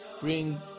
bring